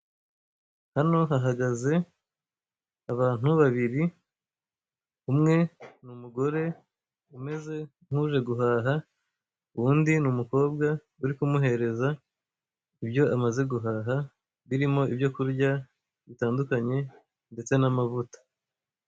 Hano hahagaze abantu babiri umwe n'umugore umeze nkuje guhaha undi ni umukobwa uri kumuhereza ibyo amaze guhaha birimo ibyo kurya bitandukanye ndetse n'amavuta.